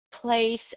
Place